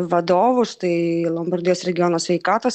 vadovus tai lombardijos regiono sveikatos